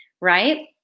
right